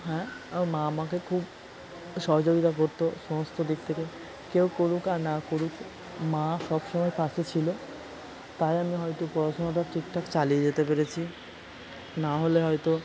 হ্যাঁ আমার মা আমাকে খুব সহযোগিতা করত সমস্ত দিক থেকে কেউ করুক আর না করুক মা সবসময় পাশে ছিল তাই আমি হয়তো পড়াশোনাটা ঠিকঠাক চালিয়ে যেতে পেরেছি না হলে হয়তো